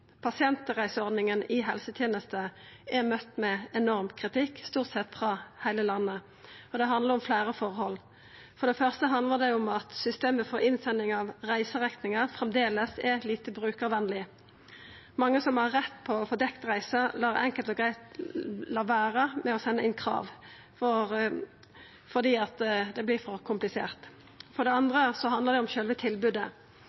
Pasientreiseordninga i helsetenesta er møtt med enorm kritikk, stort sett frå heile landet. Det handlar om fleire forhold. For det første handlar det om at systemet for innsending av reiserekningar framleis er lite brukarvennleg. Mange som har rett til å få dekt reisa, lar enkelt og greitt vera å senda inn krav fordi det vert for komplisert. For det